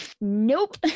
nope